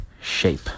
shape